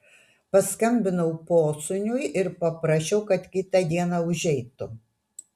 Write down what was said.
paskambinau posūniui ir paprašiau kad kitą dieną užeitų